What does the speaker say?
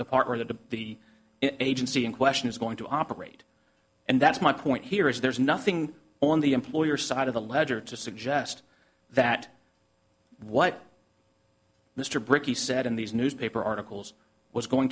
department to be an agency in question is going to operate and that's my point here is there's nothing on the employer side of the ledger to suggest that what mr bricky said in these newspaper articles was going